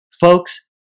Folks